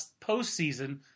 postseason